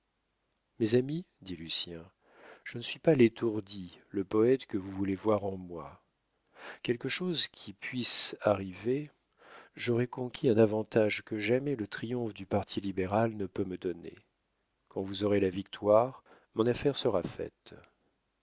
mes amis dit lucien je ne suis pas l'étourdi le poète que vous voulez voir en moi quelque chose qui puisse arriver j'aurai conquis un avantage que jamais le triomphe du parti libéral ne peut me donner quand vous aurez la victoire mon affaire sera faite